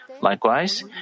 Likewise